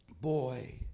boy